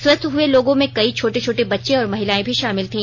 स्वस्थ हए लोगों में कई छोटे छोटे बच्चे और महिलाएं भी शामिल थी